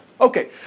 Okay